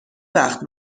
وقت